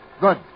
Good